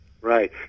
Right